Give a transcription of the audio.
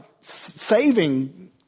saving